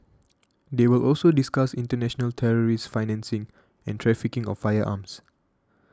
they will also discuss international terrorist financing and trafficking of firearms